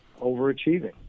overachieving